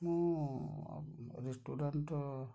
ମୁଁ ରେଷ୍ଟୁରାଣ୍ଟ୍ର